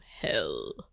hell